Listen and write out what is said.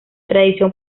tradición